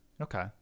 okay